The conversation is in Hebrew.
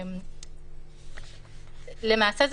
למעשה,